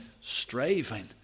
striving